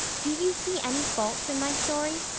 do you see any faults in my story?